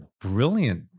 brilliant